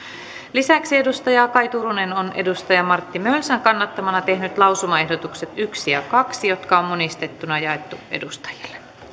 lisäksi kaj turunen on martti mölsän kannattamana tehnyt lausumaehdotukset yksi ja kaksi jotka on monistettuna jaettu edustajille